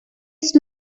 just